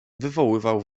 wywoływał